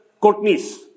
Courtney's